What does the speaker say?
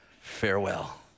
farewell